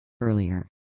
Earlier